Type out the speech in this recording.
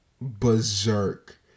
berserk